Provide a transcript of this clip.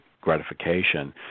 gratification